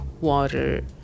water